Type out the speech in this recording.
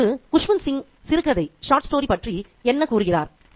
இப்போது குஸ்வந்த் சிங் சிறுகதை பற்றி என்ன கூறுகிறார்